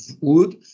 wood